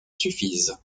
suffisent